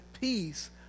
peace